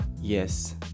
yes